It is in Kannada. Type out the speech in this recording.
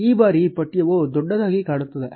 ಈ ಬಾರಿ ಪಠ್ಯವು ದೊಡ್ಡದಾಗಿ ಕಾಣುತ್ತದೆ